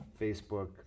Facebook